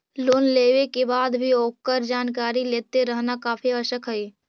loan लेवे के बाद भी ओकर जानकारी लेते रहना काफी आवश्यक हइ